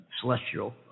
celestial